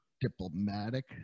diplomatic